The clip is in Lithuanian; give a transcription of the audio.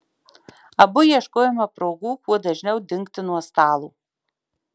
abu ieškojome progų kuo dažniau dingti nuo stalo